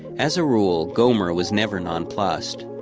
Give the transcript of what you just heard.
as a rule, gomer was never nonplussed.